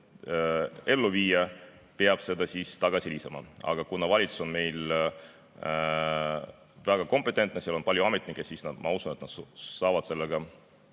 ellu viia, peab selle sinna tagasi lisama. Kuna valitsus on meil väga kompetentne ja seal on palju ametnikke, siis ma usun, et nad saavad sellega